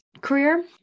career